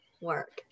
work